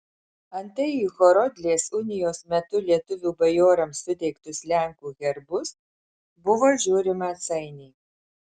antai į horodlės unijos metu lietuvių bajorams suteiktus lenkų herbus buvo žiūrima atsainiai